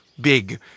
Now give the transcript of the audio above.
Big